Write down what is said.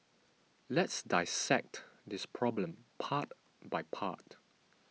let's dissect this problem part by part